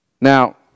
Now